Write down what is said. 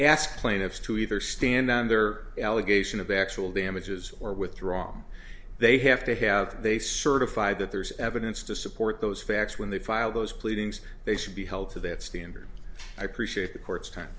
ask plaintiffs to either stand their allegation of actual damages or with wrong they have to have they certify that there's evidence to support those facts when they file those pleadings they should be held to that standard i appreciate the court's time